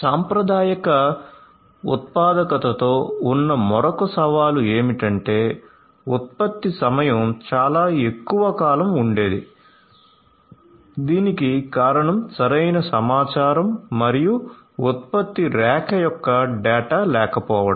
సాంప్రదాయిక ఉత్పాదకతతో ఉన్న మరొక సవాలు ఏమిటంటే ఉత్పత్తి సమయం చాలా ఎక్కువ కాలం ఉండేది దీనికి కారణం సరైన సమాచారం మరియు ఉత్పత్తి రేఖ యొక్క డేటా లేకపోవడం